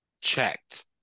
checked